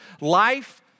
life